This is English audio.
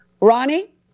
Ronnie